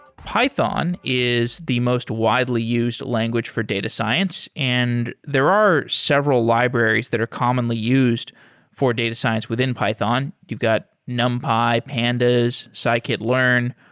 python is the most widely used language for data science, and there are several libraries that are commonly used for data science within python. you've got numpy, pandas, scikit-learn.